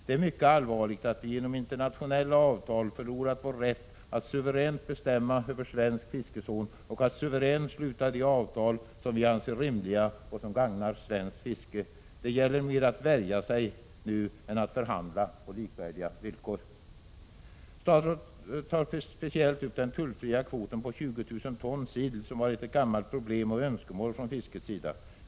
Det är mycket allvarligt att vi genom internationella avtal förlorat vår rätt att suveränt bestämma över svensk fiskezon och sluta de avtal som vi anser rimliga och som gagnar svenskt fiske. Det gäller nu mer att värja sig än att förhandla på likvärdiga villkor. Statsrådet tar speciellt upp den tullfria kvoten på 20 000 ton sill, som varit ett gammalt problem och ett önskemål från fiskets sida.